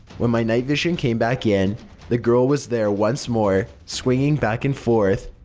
when my night vision came back in the girl was there once more, swinging back and forth,